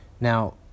Now